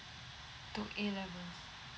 to O levels